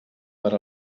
per